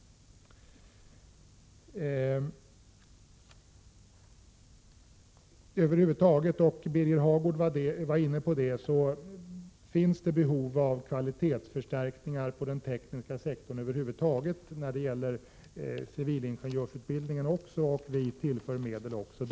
Det finns, som Birger Hagård var inne på, behov av kvalitetsförstärkningar över huvud taget på den tekniska sektorn. Det gäller även civilingenjörsutbildningen, som vi också vill tillföra medel.